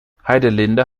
heidelinde